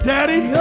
Daddy